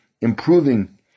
improving